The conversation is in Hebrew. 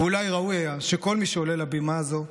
אולי ראוי היה שכל מי שעולה לבימה הזאת,